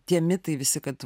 tie mitai visi kad